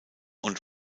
und